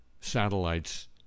satellites